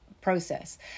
process